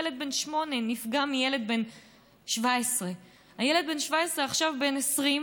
ילד בן שמונה נפגע מילד בן 17. הילד בן ה-17 עכשיו בן 20,